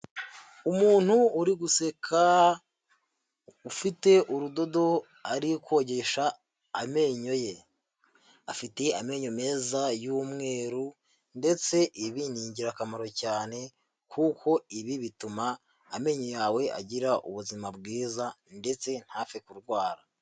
Umuntu uri guseka, ufite urudodo ari kogesha amenyo ye. Afite amenyo meza y'umweru, ndetse ibi ni ingirakamaro cyane, kuko ibi bituma amenyo yawe agira ubuzima bwiza ndetse ntapfe kurwara.